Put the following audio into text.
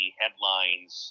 headlines